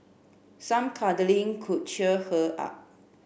some cuddling could cheer her up